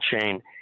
chain